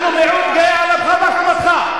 אנחנו מיעוט גאה, על אפך ועל חמתך.